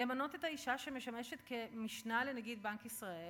למנות את האישה שמשמשת משנה לנגיד בנק ישראל,